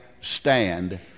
stand